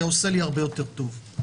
היה לי הרבה יותר טוב.